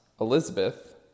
Elizabeth